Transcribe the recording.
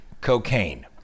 cocaine